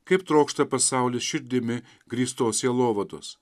kaip trokšta pasaulis širdimi grįstos sielovados